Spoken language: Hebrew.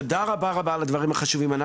אנחנו ראינו את התמונות.